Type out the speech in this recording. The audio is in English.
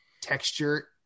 texture